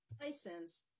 license